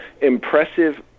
impressive